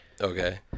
Okay